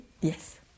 yes